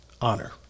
honor